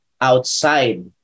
outside